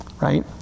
Right